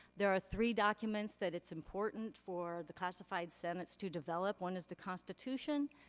there are three documents that it's important for the classified senates to develop. one is the constitution,